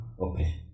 Okay